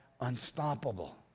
unstoppable